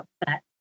upset